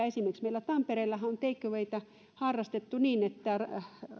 esimerkiksi meillä tampereellahan on take awayta harrastettu niin että